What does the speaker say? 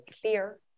clear